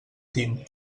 team